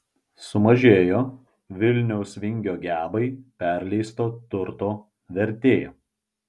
sumažėjo vilniaus vingio gebai perleisto turto vertė